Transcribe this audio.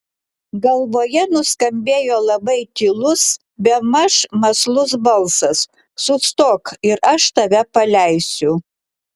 galvoje nuskambėjo labai tylus bemaž mąslus balsas sustok ir aš tave paleisiu